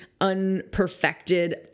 unperfected